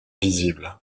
visible